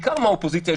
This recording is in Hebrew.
בעיקר מהאופוזיציה,